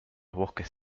bosques